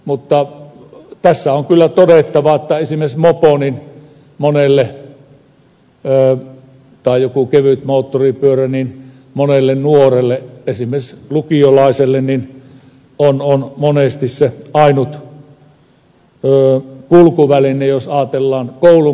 mutta tässä on kyllä todettava että esimerkiksi mopo tai joku kevytmoottoripyörä monelle nuorelle esimerkiksi lukiolaiselle on monesti se ainut kulkuväline jos ajatellaan koulunkäyntiä